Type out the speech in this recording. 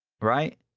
right